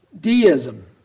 Deism